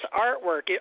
artwork